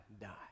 die